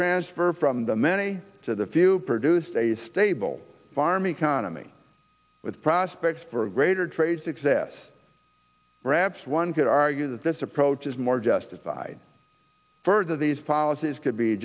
transfer from the many to the few produced a stable farm economy with prospects for a greater trade success wraps one could argue that this approach is more justified further these policies could be